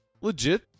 legit